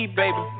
baby